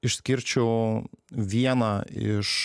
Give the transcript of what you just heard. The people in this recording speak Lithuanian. išskirčiau vieną iš